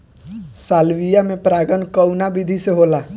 Salvia में परागण कउना विधि से होला?